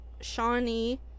Shawnee